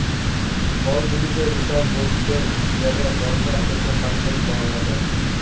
call জিলিসে research করত গ্যালে সরকার থেক্যে ফান্ডিং পাওয়া যায়